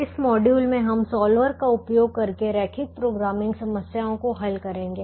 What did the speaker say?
इस मॉड्यूल में हम सॉल्वर का उपयोग करके रैखिक प्रोग्रामिंग समस्याओं को हल करेंगे